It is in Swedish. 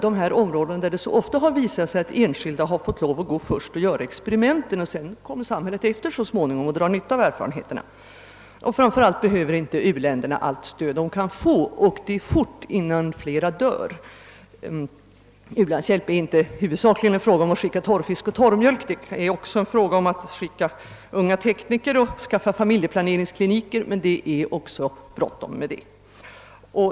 På dessa områden har det ofta visat sig att enskilda har fått gå före och göra experimenten, och sedan har samhället kommit efter så småningom och dragit nytta av erfarenheterna. Och framför allt: Behöver inte u-länderna snabbt allt det stöd de kan få innan ännu fler dör? U-hjälp är inte bara en fråga om att skicka torrfisk och torrmjölk — det är också en fråga om att skicka unga tekniker och skaffa familjeplaneringskliniker. Även detta är brådskande.